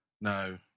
No